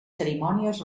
cerimònies